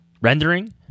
rendering